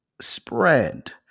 spread